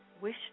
Wish